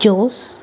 Jose